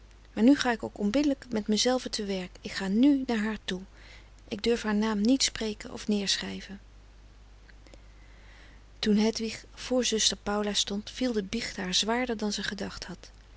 maar nu ga ik ook onverbiddelijk met mezelve te werk ik ga nu naar haar toe ik durf haar naam niet spreken of neerschrijven toen hedwig voor zuster paula stond viel de biecht haar zwaarder dan ze gedacht had